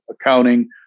accounting